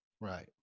Right